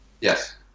Yes